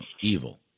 evil